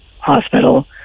hospital